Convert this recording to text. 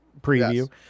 preview